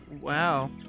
Wow